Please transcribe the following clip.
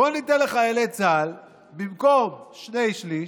בוא ניתן לחיילי צה"ל במקום שני שלישים,